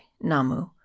namu